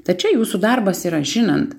tad čia jūsų darbas yra žinant